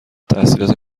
تحصیلات